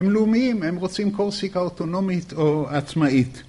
‫הם לאומיים, הם רוצים קורסיקה ‫אוטונומית או עצמאית.